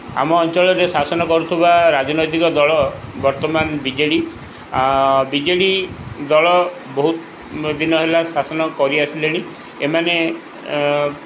ଆମ ଅଞ୍ଚଳରେ ଶାସନ କରୁଥିବା ରାଜନୈତିକ ଦଳ ବର୍ତ୍ତମାନ ବି ଜେ ଡ଼ି ଆଉ ବି ଜେ ଡ଼ି ଦଳ ବହୁତ ଦିନ ହେଲା ଶାସନ କରିଆସିଲେଣି ଏମାନେ